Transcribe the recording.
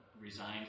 resigned